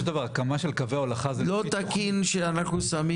לא תקין שאנחנו שמים